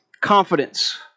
confidence